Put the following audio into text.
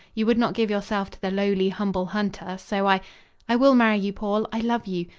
you would not give yourself to the lowly, humble hunter, so i i will marry you, paul. i love you.